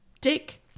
dick